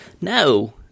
No